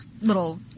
little